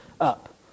up